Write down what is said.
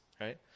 right